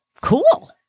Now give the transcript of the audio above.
Cool